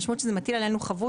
המשמעות היא שזה מטיל עלינו חבות,